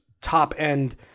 top-end